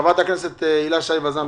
בבקשה, חברת הכנסת הילה שי וזאן.